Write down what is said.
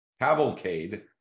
cavalcade